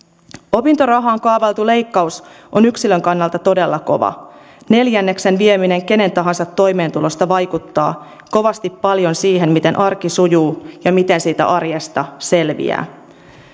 opintorahaan kaavailtu leikkaus on yksilön kannalta todella kova neljänneksen vieminen kenen tahansa toimeentulosta vaikuttaa kovasti paljon siihen miten arki sujuu ja miten siitä arjesta selviää